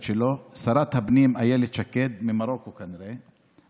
שלו: "שרת הפנים אילת שקד" ממרוקו כנראה,